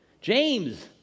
James